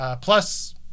Plus